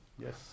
Yes